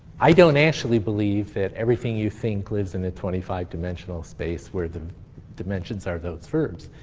i don't actually believe that everything you think lives in a twenty five dimensional space where the dimensions are those verbs.